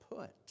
put